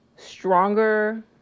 stronger